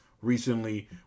recently